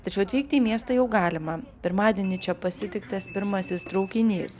tačiau atvykti į miestą jau galima pirmadienį čia pasitiktas pirmasis traukinys